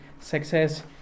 success